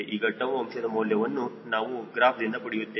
ಈಗ 𝜏 ಅಂಶದ ಮೌಲ್ಯವನ್ನು ನಾವು ಗ್ರಾಫ್ದಿಂದ ಪಡೆಯುತ್ತೇವೆ